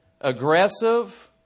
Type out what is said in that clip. aggressive